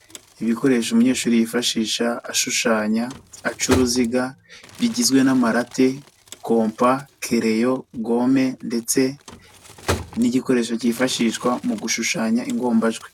Ibikoresho umunyeshuri yifashisha ashushanya, aca uruziga, bigizwe n'amarate, kompa, keleyo, gome ndetse n'igikoresho cyifashishwa mu gushushanya ingombajwi.